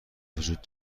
وجود